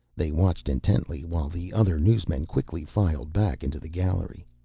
they watched intently while the other newsmen quickly filed back into the gallery.